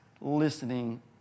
listening